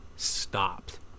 Stopped